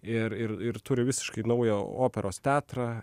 ir ir ir turi visiškai naują operos teatrą